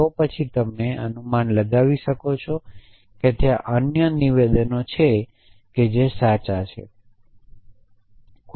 તો પછી તમે અનુમાન લગાવી શકો કે ત્યાં અન્ય નિવેદનો છે જે સાચ છે